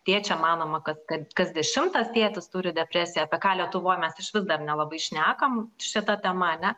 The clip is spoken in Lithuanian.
tėčio manoma kad kad kas dešimtas tėtis turi depresiją apie ką lietuvoj mes išvis dar nelabai šnekam šita tema ane